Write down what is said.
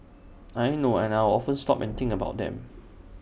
I know I'll often stop and think about them